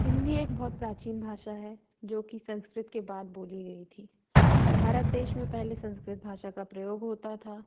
हिन्दी एक बहुत प्राचीन भाषा है जो कि संस्कृत के बाद बोली गई थी भारत देश में पहले संस्कृत भाषा का प्रयोग होता था